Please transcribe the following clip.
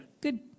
good